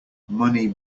money